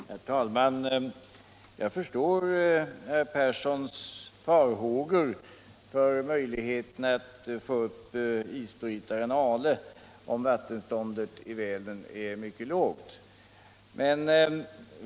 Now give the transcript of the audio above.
Herr talman! Jag förstår herr Perssons i Karlstad farhågor när det gäller möjligheterna att få upp isbrytaren Ale, om vattenståndet i Vänern är mycket lågt.